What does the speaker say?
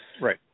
right